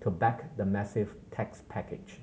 to back the massive tax package